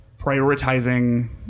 prioritizing